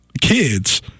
kids